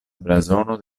blazono